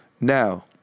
Now